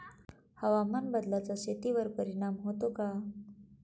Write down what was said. हवामान बदलाचा शेतीवर परिणाम होतो का?